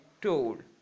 told